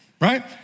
right